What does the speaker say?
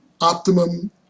optimum